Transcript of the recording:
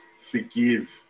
forgive